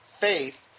faith